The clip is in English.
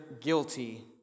guilty